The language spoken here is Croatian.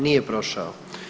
Nije prošao.